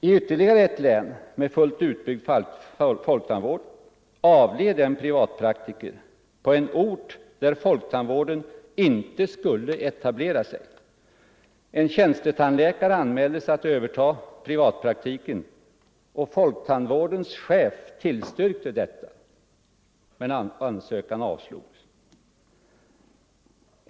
I ytterligare: ett län med fullt utbyggd folktandvård avled en privatpraktiker på en ort där folktandvården inte skulle etablera sig. En tjänstetandläkare anmälde sig att överta privatpraktiken, och folktandvårdens chef tillstyrkte detta, men ansökan avslogs.